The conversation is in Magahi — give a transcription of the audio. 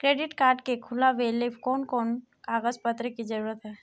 क्रेडिट कार्ड के खुलावेले कोन कोन कागज पत्र की जरूरत है?